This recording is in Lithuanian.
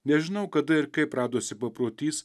nežinau kada ir kaip radosi paprotys